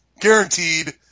Guaranteed